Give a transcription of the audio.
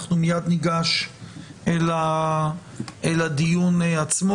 אנחנו מיד ניגש אל הדיון עצמו,